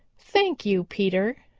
thank you, peter,